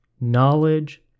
knowledge